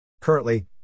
Currently